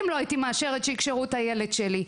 לא הייתי מאשרת שיקשרו את הילד שלי.